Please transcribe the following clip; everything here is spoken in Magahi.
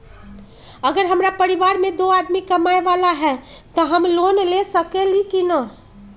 अगर हमरा परिवार में दो आदमी कमाये वाला है त हम लोन ले सकेली की न?